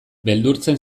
beldurtzen